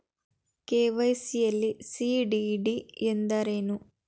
KYC ಯಲ್ಲಿ CDD ಎಂದರೇನು?